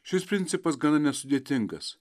šis principas gana nesudėtingas